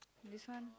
this one